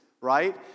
right